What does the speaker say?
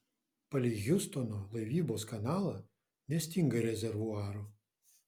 palei hjustono laivybos kanalą nestinga rezervuarų